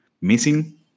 missing